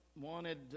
wanted